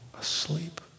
asleep